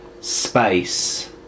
space